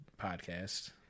podcast